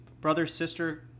brother-sister